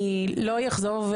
אני לא אחזור,